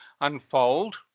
unfold